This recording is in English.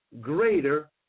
greater